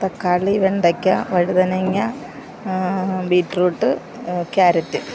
തക്കാളി വെണ്ടയ്ക്ക വഴുതനങ്ങ ബീറ്റ്റൂട്ട് ക്യാരറ്റ്